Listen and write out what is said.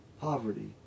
poverty